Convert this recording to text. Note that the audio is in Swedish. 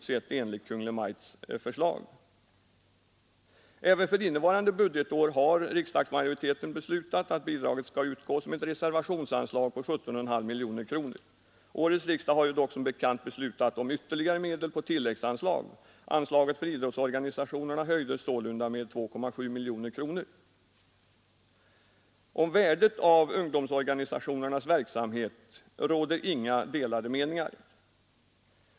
Även för innevarande budgetår har riksdagsmajoriteten beslutat att bidraget skall utgå som ett reservationsanslag på 17,5 miljoner kronor. Årets riksdag har dock som bekant fattat beslut om ytterligare medel på tilläggsanslag. Anslaget till idrottsorganisationerna höjdes sålunda med 2,7 miljoner kronor. Om värdet av ungdomsorganisationernas verksamhet råder inga delade meningar.